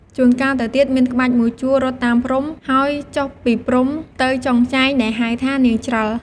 ជួនកាលទៅទៀតមានក្បាច់មួយជួររត់តាមព្រំ ហើយចុះពីព្រំទៅចុងចែង ដែលហៅថា “នាងច្រិល”។